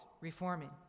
reforming